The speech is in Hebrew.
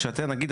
למשל,